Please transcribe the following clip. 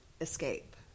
escape